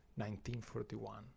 1941